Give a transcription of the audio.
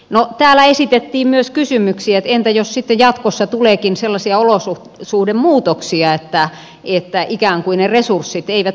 no täällä esitettiin myös kysymyksiä että entä jos sitten jatkossa tuleekin sellaisia olosuhdemuutoksia että ikään kuin ne resurssit eivät riitäkään